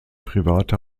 private